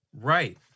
Right